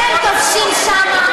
אתם כובשים שם,